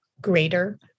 greater